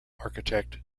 architect